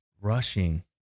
rushing